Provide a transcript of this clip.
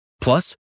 Plus